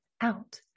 out